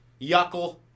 yuckle